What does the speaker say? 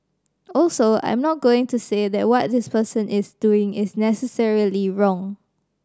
also I'm not going to say that what this person is doing is necessarily wrong